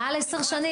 מעל עשר שנים?